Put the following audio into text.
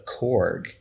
Korg